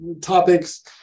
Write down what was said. topics